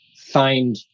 find